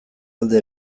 alde